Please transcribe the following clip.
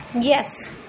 Yes